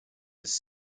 his